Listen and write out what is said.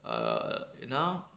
err நா:naa